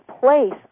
place